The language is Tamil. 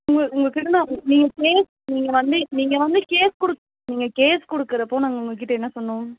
உங்கள் உங்கள்க் கிட்டே நான் நீங்கள் கேஸ் நீங்கள் வந்து நீங்கள் வந்து கேஸ் குடுத் நீங்கள் கேஸ் கொடுக்கிறப்போ நாங்கள் உங்கள்க் கிட்டே என்ன சொன்னோம்